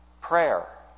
Prayer